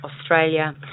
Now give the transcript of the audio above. Australia